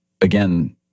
again